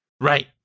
Right